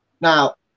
Now